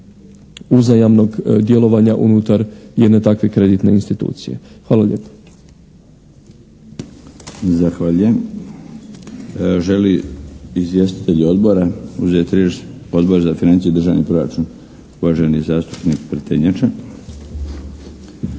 uzajamnog djelovanja unutar jedne takve kreditne institucije. Hvala lijepo.